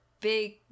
big